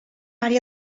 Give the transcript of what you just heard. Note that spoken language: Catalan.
àrea